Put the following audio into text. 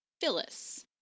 Phyllis